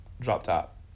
drop-top